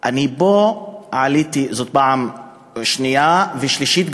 אני פה עליתי פעם שנייה וגם שלישית,